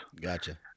Gotcha